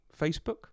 Facebook